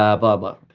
ah blah blah.